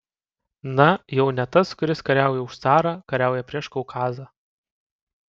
na jau ne tas kuris kariauja už carą kariauja prieš kaukazą